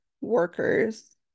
workers